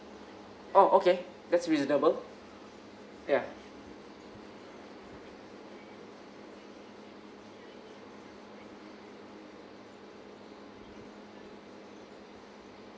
oh okay that's reasonable ya